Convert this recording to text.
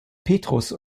petrus